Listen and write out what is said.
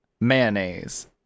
Mayonnaise